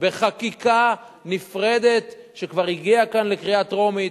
חקיקה נפרדת שכבר הגיעה כאן לקריאה טרומית,